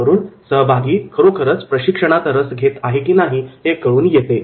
यावरून सहभागी खरोखरच प्रशिक्षणात रस घेत आहेत का नाही हे कळून येते